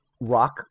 rock